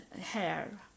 hair